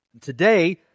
Today